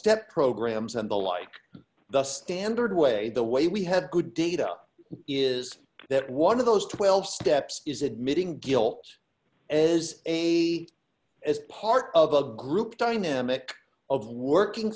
step programs and the like the standard way the way we have good data is that one of those twelve steps is admitting guilt is a as part of a group dynamic of working